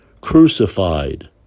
Crucified